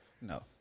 No